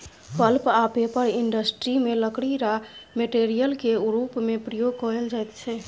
pulp आ paper industry मे लकड़ी राँ मेटेरियल केर रुप मे प्रयोग कएल जाइत छै